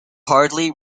hardly